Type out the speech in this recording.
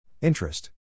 Interest